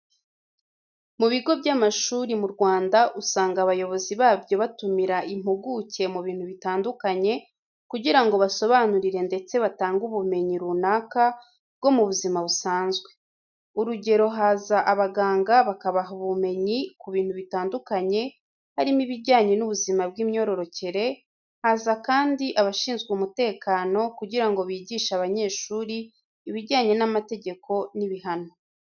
Mu bigo by'amashuri mu Rwanda usanga abayobozi babyo batumira impuguke mu bintu bitandukanye kugira ngo basobanurire ndetse batange ubumenyi runaka bwo mu buzima busanzwe. Urugero haza abaganga bakabaha ubumenyi ku bintu bitandukanye harimo ibijyanye n'ubuzima bw'imyororekere, haza kandi abashinzwe umutekano kugira ngo bigishe abanyeshuri ibijyanye n'amategeko n'ibihano.